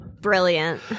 brilliant